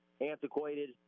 antiquated